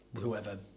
whoever